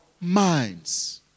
minds